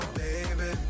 baby